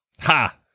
Ha